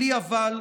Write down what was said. בלי אבל,